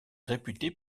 réputé